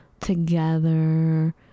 together